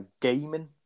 gaming